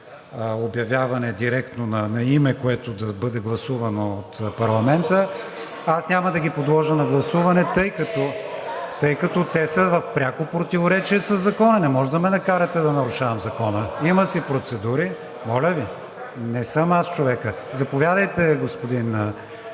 обявяване директно на име, което да бъде гласувано от парламента. Аз няма да ги подложа на гласуване (шум и реплики), тъй като те са в пряко противоречие със Закона, не можете да ме накарате да нарушавам Закона. Има си процедури, моля Ви. Не съм аз човекът. Заповядайте, господин